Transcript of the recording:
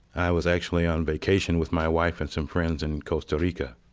i was actually on vacation with my wife and some friends in costa rica.